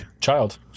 Child